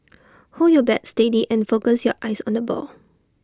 hold your bat steady and focus your eyes on the ball